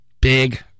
big